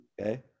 Okay